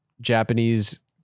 Japanese